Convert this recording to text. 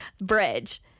bridge